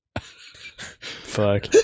fuck